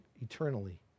eternally